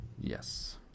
Yes